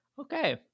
Okay